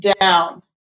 down